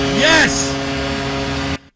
Yes